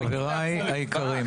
חבריי היקרים.